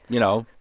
you know,